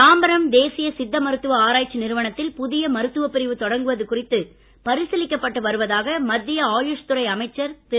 தாம்பரம் தேசிய சித்த மருத்துவ ஆராய்ச்சி நிறுவனத்தில் புதிய மருத்துவப் பிரிவு தொடங்குவது குறித்து பரிசீலிக்கப்பட்டு வருவதாக மத்திய ஆயுஷ்துறை அமைச்சர் திரு